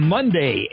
Monday